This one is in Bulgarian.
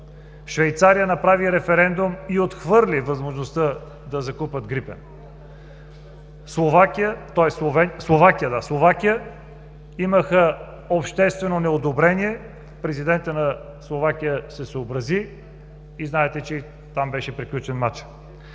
Швейцария направи референдум и отхвърли възможността да закупят „Грипен“. Словакия имаха обществено неодобрение, президентът на Словакия се съобрази и знаете, че и там беше приключен мачът.